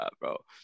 bro